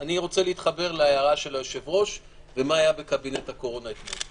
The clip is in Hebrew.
אני רוצה להתחבר להערה של היושב-ראש ומה היה בקבינט הקורונה אתמול.